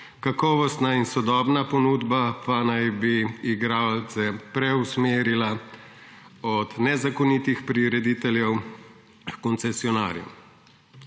kakovostna in sodobna ponudba pa naj bi igralce preusmerila od nezakonitih prirediteljev h koncesionarju.